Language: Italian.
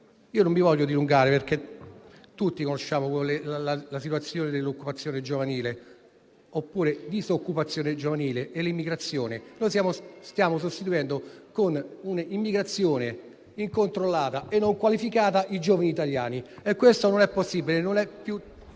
Non mi voglio dilungare, perché tutti conosciamo la situazione dell'occupazione giovanile o, meglio, della disoccupazione giovanile e dell'immigrazione. Noi stiamo sostituendo con un'immigrazione incontrollata e non qualificata i giovani italiani, ma questo non è possibile e non è più